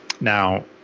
Now